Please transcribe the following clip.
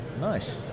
Nice